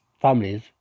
families